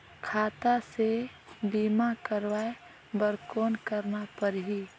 खाता से बीमा करवाय बर कौन करना परही?